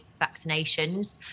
vaccinations